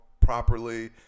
properly